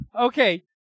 Okay